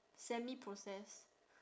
semi process